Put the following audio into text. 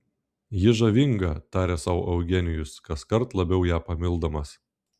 ji žavinga tarė sau eugenijus kaskart labiau ją pamildamas